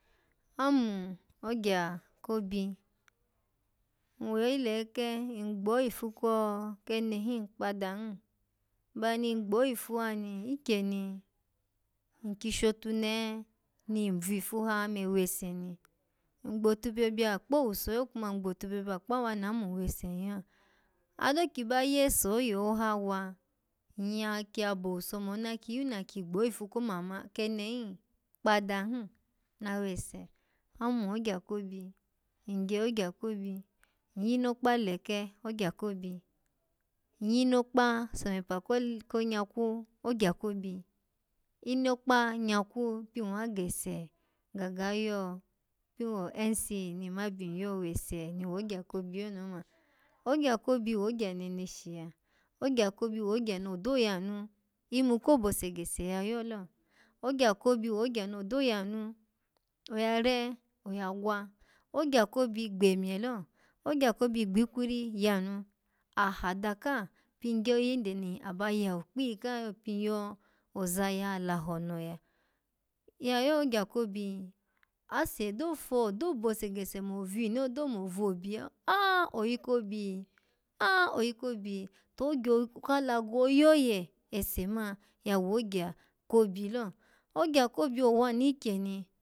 Amun ogya ko obi, owoyi leeke, ngbo ifu kene hin kpada hin baya ni ngbo ifu ha ni, ikyeni ni, nkyi shotunehe ni nvifu ha me wese ni, ngbotubyobya kpo owuso lo, kuma ngbotubyobya kpawa na mun wese ni yo ado kyi ba yese oyehoha wa, nyya kiya bo owuso mona kyi yun na gbo ifu ko mama-kene hin kpada hin, na wese amun ogya ko obi, ngye ogya ko obi, nyyinokpa leke ogya ko obi, nyyinokpa somepa ko ko nyakwu ogya ko obi inokpa yakwu pin wa gese gaga yo pin wo nce ni nmma byi nyyo wese ni wogya ko obi yo ni oma ogya ko obi wogya neneshi ya, ogya ko obi wogya nodo yanu imu ko bose gese ya yo lo ogya ko obi wogya no do ya nu, oya re oya gwa ogya ko obi gbemye lo ogya ko obi gbi ikwiri yanu aha daka pin yo yanda ni aba yawu kpiyika yo kpuyo oza ya lahono la lalo ogya ko obi, ase do fo-odo bose gese me vini, odo mo vo obi, aya ah oyi ko obi? Ah! Oyi ko obi? To ogyo yo-ka alago oyoye ese man ya wo ogya ko obi lo ogya ko obi owanu ikyeni.